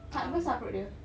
tak besar perut dia